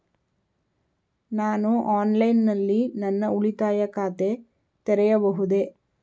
ನಾನು ಆನ್ಲೈನ್ ನಲ್ಲಿ ನನ್ನ ಉಳಿತಾಯ ಖಾತೆ ತೆರೆಯಬಹುದೇ?